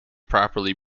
properly